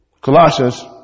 Colossians